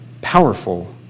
powerful